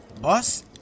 boss